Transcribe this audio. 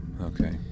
Okay